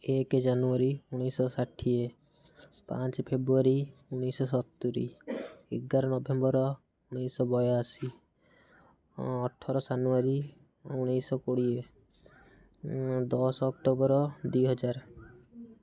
ଏକ ଜାନୁଆରୀ ଉଣେଇଶି ଶହ ଷାଠିଏ ପାଞ୍ଚ ଫେବୃଆରୀ ଉଣେଇଷି ଶହ ସତୁରି ଏଗାର ନଭେମ୍ବର ଉଣେଇଶି ଶହ ବୟାଅଶୀ ଅଠର ଜାନୁଆରୀ ଉଣେଇଶି ଶହ କୋଡ଼ିଏ ଦଶ ଅକ୍ଟୋବର ଦୁଇ ହଜାର